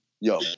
yo